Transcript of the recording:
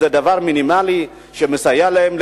זה דבר מינימלי שמסייע להם,